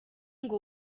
ngo